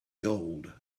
gold